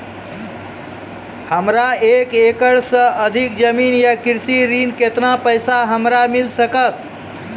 हमरा एक एकरऽ सऽ अधिक जमीन या कृषि ऋण केतना पैसा हमरा मिल सकत?